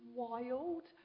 wild